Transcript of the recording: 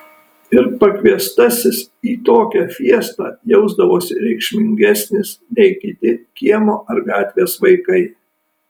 ir pakviestasis į tokią fiestą jausdavosi reikšmingesnis nei kiti kiemo ar gatvės vaikai